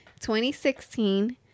2016